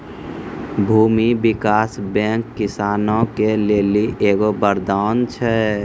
भूमी विकास बैंक किसानो के लेली एगो वरदान छै